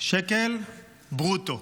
שקל ברוטו.